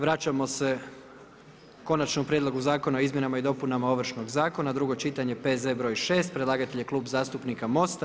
Vraćamo se Konačnom prijedlogu zakona o Izmjenama i dopunama Ovršnog zakona, drugo čitanje, P.Z. br. 6. Predlagatelj je Klub zastupnika MOST-a.